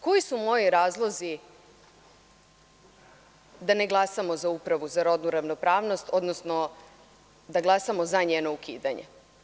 Koji su moji razlozi da ne glasamo za Upravu za rodnu ravnopravnost, odnosno da glasamo za njeno ukidanje?